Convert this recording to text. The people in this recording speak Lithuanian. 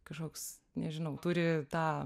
kažkoks nežinau turi tą